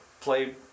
play